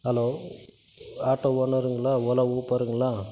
hello auto ஓனருங்களா ஓலா உபருங்களா